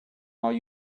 are